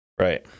Right